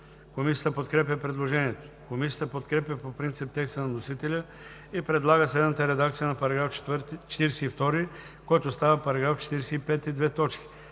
Комисията подкрепя предложението. Комисията подкрепя по принцип текста на вносителя и предлага следната редакция на § 42, който става § 45: „§ 45.